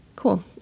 Cool